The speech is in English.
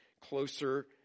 closer